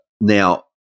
Now